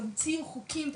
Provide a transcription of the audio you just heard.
תמציאו חוקים,